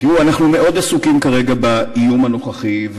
אנחנו מאוד עסוקים כרגע באיום הנוכחי,